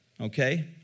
Okay